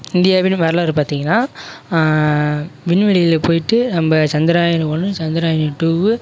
இந்தியாவில் வரலாறு பார்த்திங்கன்னா விண்வெளியில் போயிட்டு நம்ம சந்திராயன் ஒன்று சந்திராயன் டூவு